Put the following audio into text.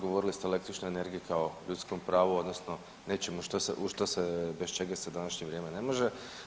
Govorili ste o električnoj energiji kao ljudskom pravu, odnosno nečemu u što se, bez čega se u današnje vrijeme ne može.